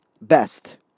best